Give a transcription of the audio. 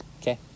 Okay